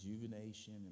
rejuvenation